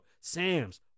Sam's